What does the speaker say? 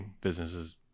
businesses